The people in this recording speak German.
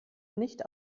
nicht